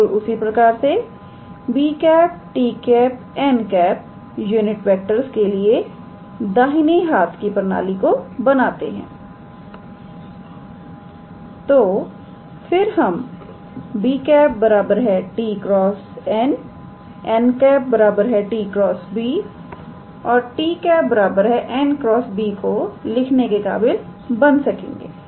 बिल्कुल उसी प्रकार से 𝑏̂ 𝑡̂ 𝑛̂ यूनिट वेक्टर्स के लिए दाहिनी हाथ की प्रणाली को बनाते हैं तो फिर हम 𝑏̂ 𝑡̂× 𝑛̂ 𝑛̂ 𝑡̂× 𝑏̂𝑡̂ 𝑛̂ × 𝑏̂ को लिखने के काबिल बन सकेंगे